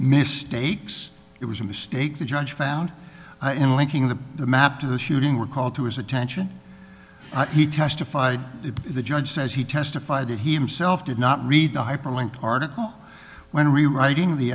mistakes it was a mistake the judge found in linking the the map to the shooting were called to his attention he testified the judge says he testified that he himself did not read the hyperlink article when rewriting the